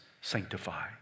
Sanctify